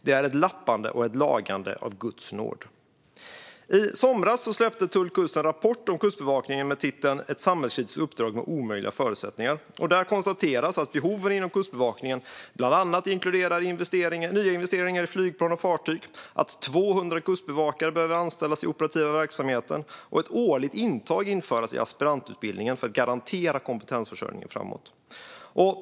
Det är ett lappande och lagande av Guds nåde." I somras släppte Tull-Kust en rapport om Kustbevakningen med titeln Ett samhällskritiskt uppdrag med omöjliga förutsättningar . Där konstateras att behoven inom Kustbevakningen bland annat inkluderar nya investeringar i flygplan och fartyg. Det behöver anställas 200 kustbevakare i den operativa verksamheten, och ett årligt intag i aspirantutbildningen behöver införas för att kompetensförsörjningen framåt ska garanteras.